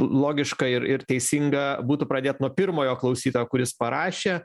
logiška ir ir teisinga būtų pradėt nuo pirmojo klausytojo kuris parašė